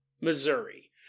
Missouri